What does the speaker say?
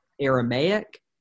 Aramaic